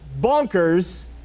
bonkers